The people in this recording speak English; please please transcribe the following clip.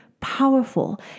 powerful